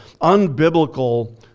unbiblical